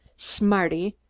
smarty!